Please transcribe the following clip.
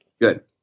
Good